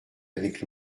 avec